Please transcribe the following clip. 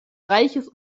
reiches